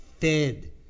fed